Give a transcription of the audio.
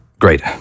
Great